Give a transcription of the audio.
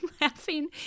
laughing